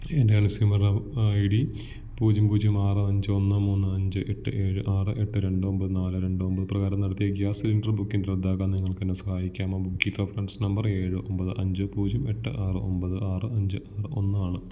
എൻ്റെ consumer I D പൂജ്യം പൂജ്യം ആറ് അഞ്ച് ഒന്ന് മൂന്ന് അഞ്ച് എട്ട് ഏഴ് ആറ് എട്ട് രണ്ട് ഒമ്പത് നാല് രണ്ട് ഒമ്പത് പ്രകാരം നടത്തിയ ഗ്യാസ് സിലിണ്ടർ ബുക്കിംഗ് റദ്ദാക്കാൻ നിങ്ങൾക്ക് എന്നെ സഹായിക്കാമോ ബുക്കിംഗ് റഫറൻസ് നമ്പർ ഏഴ് ഒമ്പത് അഞ്ച് പൂജ്യം എട്ട് ആറ് ഒമ്പത് ആറ് അഞ്ച് ആറ് ഒന്ന് ആണ്